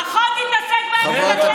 פחות תתעסק בנו.